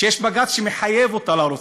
יש בג"ץ שמחייב אותה להרוס.